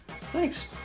Thanks